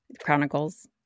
Chronicles